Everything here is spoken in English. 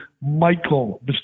Michael